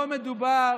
לא מדובר